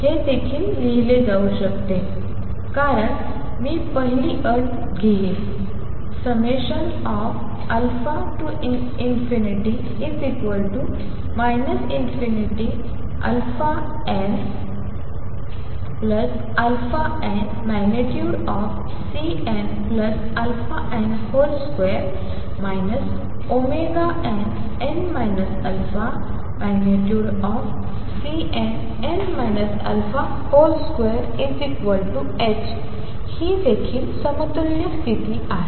हे देखील लिहिले जाऊ शकते कारण मी पहिली अट घेईन α ∞nαn।Cnαn ।2 nn α।Cnn α ।2ℏ ही देखील समतुल्य स्थिती आहे